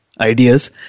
ideas